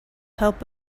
help